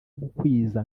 gukwiza